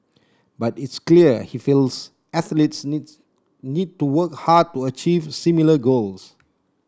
but it's clear he feels athletes needs need to work hard to achieve similar goals